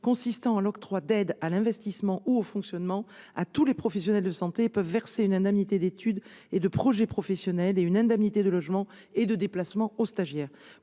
consistant en l'octroi d'aides à l'investissement ou au fonctionnement à tous les professionnels de santé, et elles peuvent verser une indemnité d'étude et de projet professionnel, ainsi qu'une indemnité de logement et de déplacement, aux stagiaires.